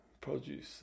produce